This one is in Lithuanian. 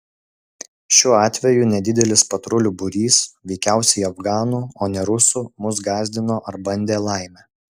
šiuo atveju nedidelis patrulių būrys veikiausiai afganų o ne rusų mus gąsdino ar bandė laimę